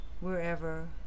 wherever